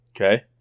Okay